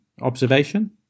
observation